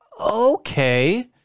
Okay